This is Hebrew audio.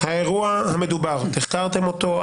האירוע המדובר תחקרתם אותו?